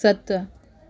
सत